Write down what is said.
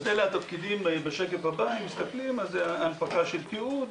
אלה התפקידים: הנפקה של תיעוד,